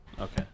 Okay